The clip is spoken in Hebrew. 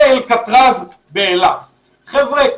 חבר'ה,